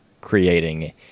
creating